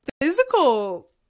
physical